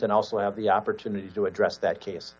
and also have the opportunity to address that